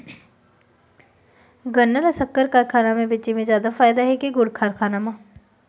गन्ना ल शक्कर कारखाना म बेचे म जादा फ़ायदा हे के गुण कारखाना म?